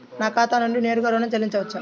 నా ఖాతా నుండి నేరుగా ఋణం చెల్లించవచ్చా?